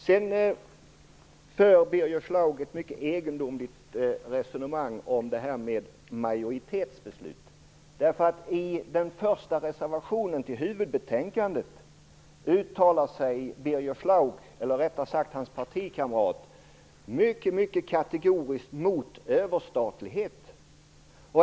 Sedan för Birger Schlaug ett mycket egendomligt resonemang om majoritetsbeslut. I den första reservationen till huvudbetänkandet uttalar sig Birger Schlaugs partikamrat mycket kategoriskt mot överstatlighet.